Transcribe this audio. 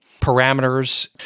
parameters